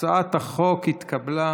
הצעת החוק התקבלה.